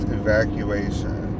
evacuation